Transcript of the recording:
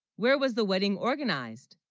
where was the wedding organized